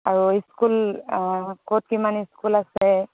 আৰু স্কুল ক'ত কিমান স্কুল আছে